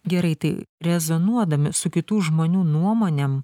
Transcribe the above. gerai tai rezonuodami su kitų žmonių nuomonėm